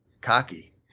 cocky